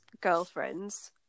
girlfriends